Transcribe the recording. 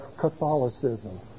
Catholicism